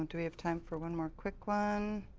and we have time for one more quick one?